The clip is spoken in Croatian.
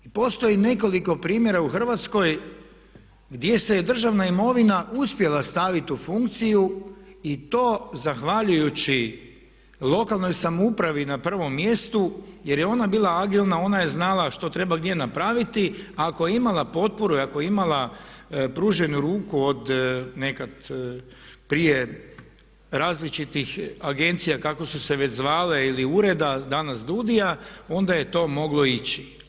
Postoji nekoliko primjera u Hrvatskoj gdje se državna imovina uspjela staviti u funkciju i to zahvaljujući lokalnoj samoupravi na prvom mjestu jer je ona bila agilna, ona je znala što treba gdje napraviti a ako je imala potporu i ako je imala pruženu ruku od nekad prije različitih agencija kako su se već zvale ili ureda, danas DUUDI-ja onda je to moglo ići.